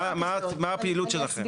מה הפעילות שלכם?